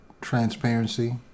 transparency